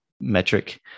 metric